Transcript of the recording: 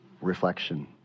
reflection